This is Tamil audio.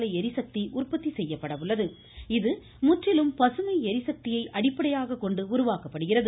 ளிசக்தி உற்பத்தி செய்யப்பட காற்றாலை முற்றிலும் பசுமை இது ளிசக்தியை அடிப்படையாகக் கொண்டு உருவாக்கப்படுகிறது